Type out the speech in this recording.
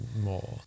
more